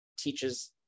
teaches